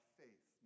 faith